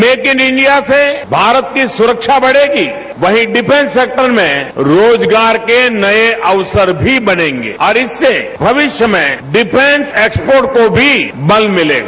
make in India से भारत की सुरक्षा बढ़ेगी वहीं डिफेंस सेक्टर में रोजगार के नये अवसर भी बढ़ेंगे और इससे भविष्य में डिफेंस एक्सपो को भी बल मिलेगा